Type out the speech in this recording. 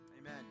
amen